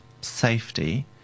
safety